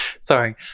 Sorry